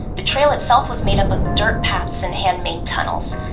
the trail itself was made up of dirt paths and handmade tunnels.